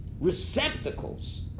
receptacles